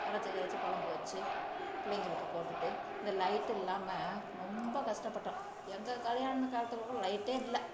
அரைச்சி கிரச்சி குழம்பு வச்சு பிள்ளைங்களுக்கு போட்டுவிட்டு இந்த லைட் இல்லாமல் ரொம்ப கஷ்டப்பட்டோம் எங்கள் கல்யாண காலத்தில் கூட லைட்டே இல்லை